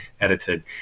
edited